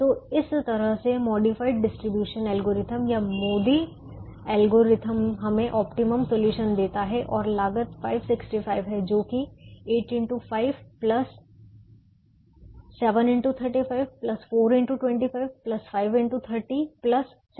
तो इस तरह से मॉडिफाइड डिस्ट्रीब्यूशन एल्गोरिथ्म या MODI एल्गोरिथम हमें ऑप्टिमम सॉल्यूशन देता है और लागत 565 है जो कि है